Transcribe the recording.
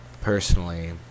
Personally